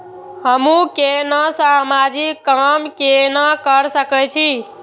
हमू केना समाजिक काम केना कर सके छी?